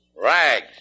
rags